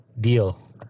deal